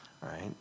right